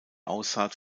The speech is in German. aussaat